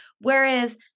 Whereas